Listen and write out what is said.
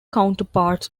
counterparts